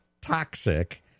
toxic